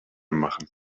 machen